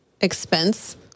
expense